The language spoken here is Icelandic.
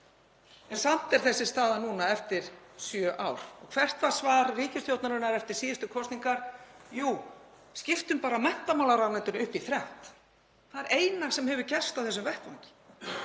en samt er staðan þessi núna. Hvert var svar ríkisstjórnarinnar eftir síðustu kosningar? Jú, skiptum bara menntamálaráðuneytinu upp í þrennt. Það er það eina sem hefur gerst á þessum vettvangi.